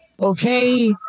Okay